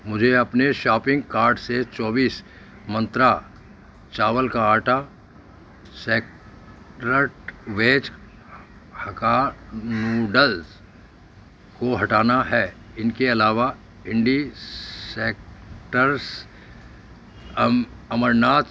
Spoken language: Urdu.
مجھے اپنے شاپنگ کارٹ سے چوبیس منترا چاول کا آٹا سیکٹرٹ ویج ہکا نوڈلز کو ہٹانا ہے ان کے علاوہ بھنڈی سیکٹرس امرناتھ